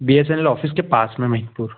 BSNL office के पास में महिदपुर